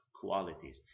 qualities